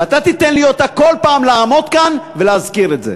ואתה תיתן לי אותה כל פעם לעמוד כאן ולהזכיר את זה.